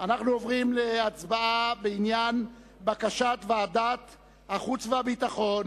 אנחנו עוברים להצבעה בעניין בקשת ועדת החוץ והביטחון